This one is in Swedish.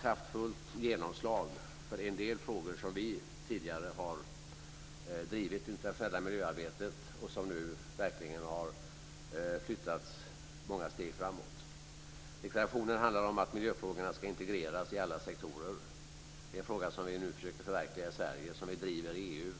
kraftfullt genomslag för en del frågor som vi tidigare har drivit i det internationella miljöarbetet och som nu verkligen har flyttats många steg framåt. Deklarationen handlar om att miljöfrågorna ska integreras i alla sektorer. Det är en fråga som vi nu försöker förverkliga i Sverige och som vi driver i EU.